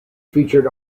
featured